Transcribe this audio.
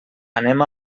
anem